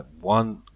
one